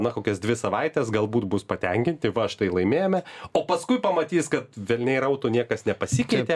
na kokias dvi savaites galbūt bus patenkinti va štai laimėjome o paskui pamatys kad velniai rautų niekas nepasikeitė